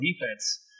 defense